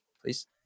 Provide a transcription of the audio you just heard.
Please